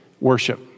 worship